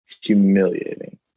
humiliating